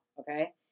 Okay